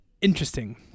interesting